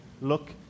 look